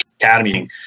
academy